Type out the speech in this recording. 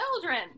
children